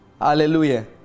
Hallelujah